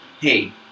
Hey